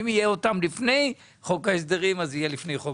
אם יהיה אותם לפני חוק ההסדרים אז זה יהיה לפני חוק ההסדרים.